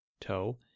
toe